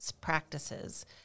practices